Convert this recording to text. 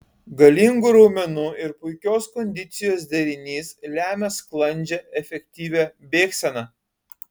galingų raumenų ir puikios kondicijos derinys lemia sklandžią efektyvią bėgseną